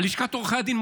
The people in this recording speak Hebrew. על לשכת עורכי הדין,